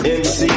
mc